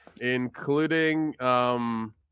including